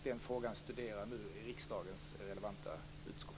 Den frågan studeras av riksdagens relevanta utskott.